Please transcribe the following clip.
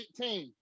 18